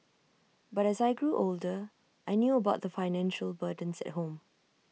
but as I grew older I knew about the financial burdens at home